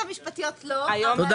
התכנסות, שבה אין